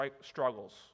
struggles